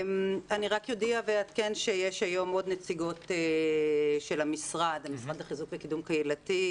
אני אודיע ואעדכן שיש היום עוד נציגות של המשרד לקידום וחיזוק קהילתי,